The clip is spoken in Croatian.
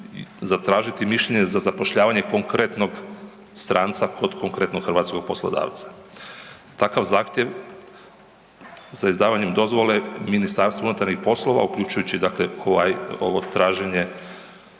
zatražiti mišljenje za zapošljavanje konkretnog stranca kod konkretnog hrvatskog poslodavca. Takav zahtjev za izdavanjem dozvole MUP uključujući dakle ovaj, ovo traženje